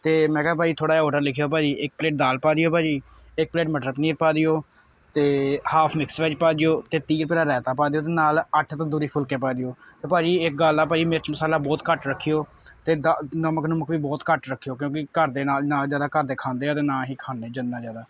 ਅਤੇ ਮੈਂ ਕਿਹਾ ਭਾਅ ਜੀ ਥੋੜ੍ਹਾ ਜਿਹਾ ਓਡਰ ਲਿਖਿਓ ਭਾਅ ਜੀ ਇੱਕ ਪਲੇਟ ਦਾਲ ਪਾ ਦਿਓ ਭਾਅ ਜੀ ਇੱਕ ਪਲੇਟ ਮਟਰ ਪਨੀਰ ਪਾ ਦਿਓ ਅਤੇ ਹਾਫ ਮਿਕਸ ਵੈੱਜ ਪਾ ਦਿਓ ਅਤੇ ਤੀਹ ਰੁਪਏ ਦਾ ਰਾਇਤਾ ਪਾ ਦਿਓ ਅਤੇ ਨਾਲ ਅੱਠ ਤੰਦੂਰੀ ਫੁਲਕੇ ਪਾ ਦਿਓ ਅਤੇ ਭਾਅ ਜੀ ਇੱਕ ਗੱਲ ਹੈ ਭਾਅ ਜੀ ਮਿਰਚ ਮਸਾਲਾ ਬਹੁਤ ਘੱਟ ਰੱਖਿਓ ਅਤੇ ਦਾ ਨਮਕ ਨੁਮਕ ਵੀ ਬਹੁਤ ਘੱਟ ਰੱਖਿਓ ਕਿਉਂਕਿ ਘਰਦੇ ਨਾ ਨਾ ਜ਼ਿਆਦਾ ਘਰਦੇ ਖਾਂਦੇ ਆ ਅਤੇ ਨਾ ਹੀ ਖਾਂਦੇ ਜਿੰਨਾ ਜ਼ਿਆਦਾ